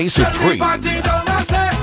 Supreme